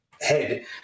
Head